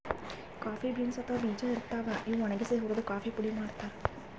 coffee beans ಅಥವಾ ಬೀಜಾ ಇರ್ತಾವ್, ಇವ್ ಒಣಗ್ಸಿ ಹುರ್ದು ಕಾಫಿ ಪುಡಿ ಮಾಡ್ತಾರ್